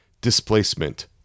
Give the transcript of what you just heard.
displacement